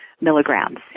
milligrams